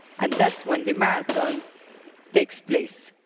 and that's when the marathon takes place.